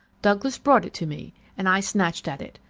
douglas brought it to me and i snatched at it.